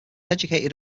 educated